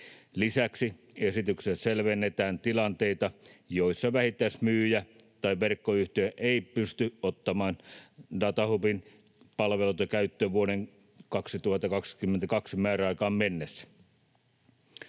Lisäksi esityksessä selvennetään tilanteita, joissa vähittäismyyjä tai verkkoyhtiö ei pysty ottamaan datahubin palveluita käyttöön vuoden 2022 määräaikaan mennessä.